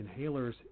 inhalers